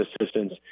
assistance